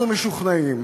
אנחנו משוכנעים